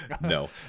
no